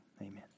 amen